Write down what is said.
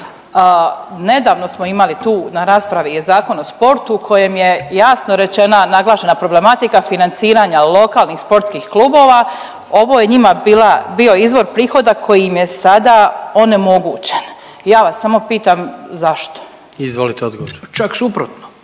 Nedavno smo imali tu na raspravi i Zakon o sportu u kojem je jasno rečena, naglašena problematika financiranja lokalnih sportskih klubova, ovo je njima bio izvor prihoda koji im je sada onemogućen. Ja vas samo pitam zašto? **Jandroković, Gordan